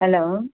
hello